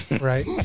right